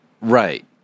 Right